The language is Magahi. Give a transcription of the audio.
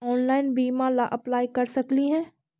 ऑनलाइन बीमा ला अप्लाई कर सकली हे?